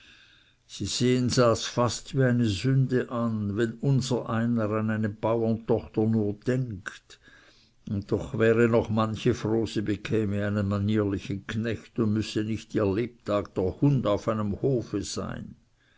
sie sehen das fast wie eine sünde an wenn unsereiner an eine baurentochter nur denkt und doch wär noch manche froh sie bekäme einen manierlichen knecht und müßte nicht ihr lebtag der hund auf einem hofe sein